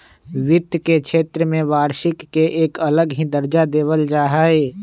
वित्त के क्षेत्र में वार्षिक के एक अलग ही दर्जा देवल जा हई